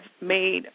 made